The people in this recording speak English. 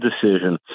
decision